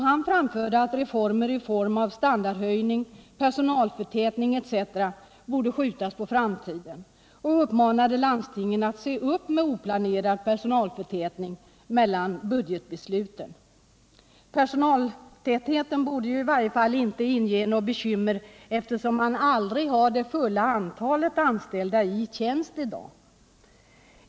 Han sade att reformer i form av standardhöjning, personalförtätning etc. borde skjutas på framtiden och uppmanade landstingen att se upp med oplanerad personalförtätning mellan budgetbesluten. Personaltätheten borde emellertid inte bereda några bekymmer, eftersom man i dag aldrig har det fulla antalet anställda i tjänst.